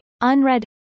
unread